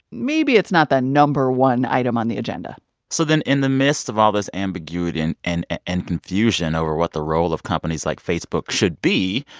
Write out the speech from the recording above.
maybe it's not the no. one item on the agenda so then in the midst of all this ambiguity and and and confusion over what the role of companies like facebook should be,